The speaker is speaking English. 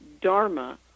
dharma